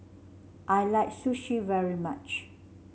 I like Sushi very much